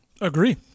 Agree